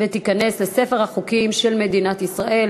ותיכנס לספר החוקים של מדינת ישראל.